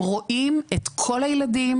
הם רואים את כל הילדים.